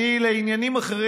לעניינים אחרים.